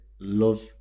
love